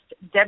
Deb